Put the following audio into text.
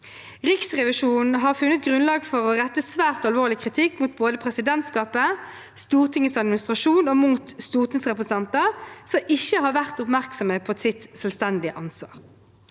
Riksrevisjonen har funnet grunnlag for å rette svært alvorlig kritikk mot både presidentskapet, Stortingets administrasjon og mot stortingsrepresentanter som ikke har vært oppmerksomme på sitt selvstendige ansvar.